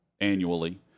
annually